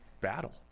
battle